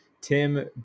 Tim